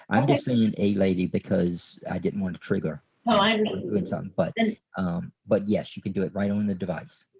and saying a lady because i didn't want to trigger ah and it um but and but yes you can do it right on the device.